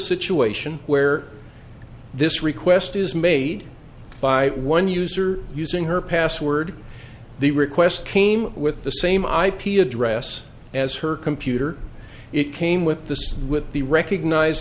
situation where this request is made by one user using her password the request came with the same ip address as her computer it came with this with the recognize